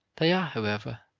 they are, however,